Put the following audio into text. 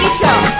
show